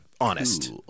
honest